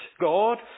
God